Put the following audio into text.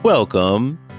Welcome